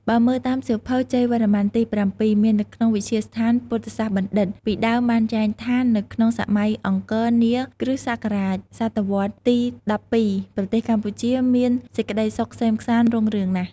បើមើលតាម សៀវភៅជ័យវរ្ម័នទី៧ មាននៅក្នុងវិទ្យាស្ថានពុទ្ធសាសនបណ្ឌិត្យ ពីដើមបានចែងថានៅក្នុងសម័យអង្គរនា គ.ស សតវត្សរ៍ទី១២ ប្រទេសកម្ពុជា មានសេចក្តីសុខក្សេមក្សាន្តរុងរឿងណាស់។